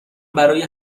برای